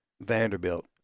Vanderbilt